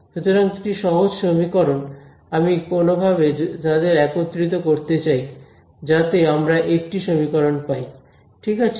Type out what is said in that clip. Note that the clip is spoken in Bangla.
সুতরাং দুটি সহজ সমীকরণ আমি কোনওভাবে তাদের একত্রিত করতে চাই যাতে আমরা একটি সমীকরণ পাই ঠিক আছে